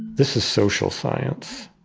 this is social science.